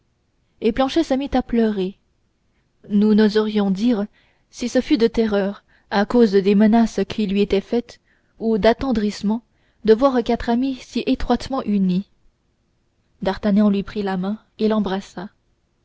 et planchet se mit à pleurer nous n'oserions dire si ce fut de terreur à cause des menaces qui lui étaient faites ou d'attendrissement de voir quatre amis si étroitement unis d'artagnan lui prit la main et l'embrassa